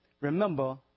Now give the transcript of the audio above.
Remember